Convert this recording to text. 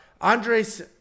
Andres